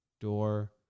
door